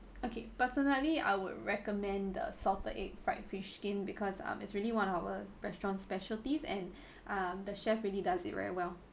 okay personally I would recommend the salted egg fried fish skin because um it's really one our restaurant specialties and uh the chefs really does it very well